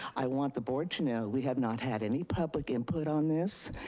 i want the board to know we have not had any public input on this,